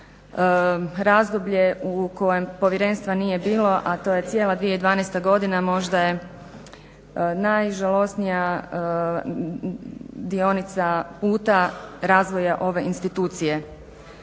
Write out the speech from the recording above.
Razdoblje u kojem povjerenstva nije bilo, a to je cijela 2012.godina možda je najžalosnija dionica puta razvoja ove institucije.